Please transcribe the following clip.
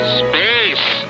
space